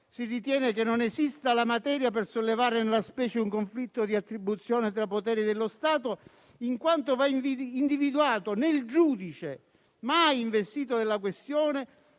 si ritiene che non esista la materia per sollevare nella specie un conflitto di attribuzione tra poteri dello Stato, in quanto va individuato nel giudice mai investito della questione